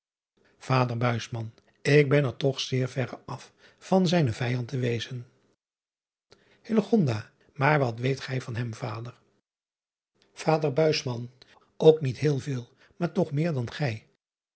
ader k ben er toch zeer verre af van zijn vijand te wezen aar wat weet gij van hem vader ader ok niet heel veel maar toch meer dan gij